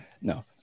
no